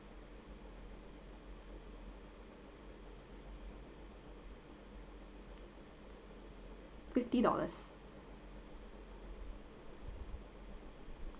fifty dollars